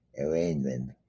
arrangement